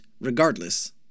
regardless